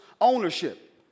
ownership